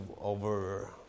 over